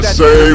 say